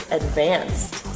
advanced